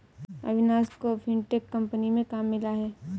अविनाश को fintech company में काम मिला है